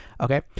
okay